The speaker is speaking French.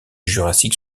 jurassique